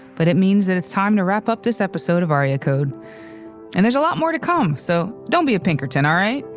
but it means that it's time to wrap up this episode of area code and there's a lot more to come. so don't be a pinkerton. all right,